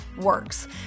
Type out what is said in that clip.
works